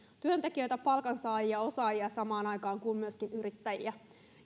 työntekijöitä palkansaajia ja osaajia samaan aikaan kuin myöskin yrittäjiä